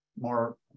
more